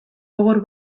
gogor